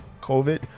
COVID